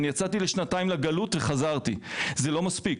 אני יצאתי לשנתיים לגלות וחזרתי, זה לא מספיק.